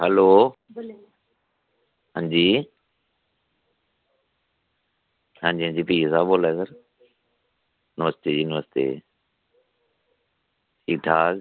hello हां जी हां जी हां जी पी ओ साह् बोल्ला दे अ नमस्ते जी नमस्ते ठीक ठीक